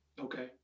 Okay